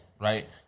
right